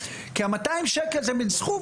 כי המאתיים ש"ח זה מן סכום,